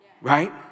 right